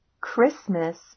Christmas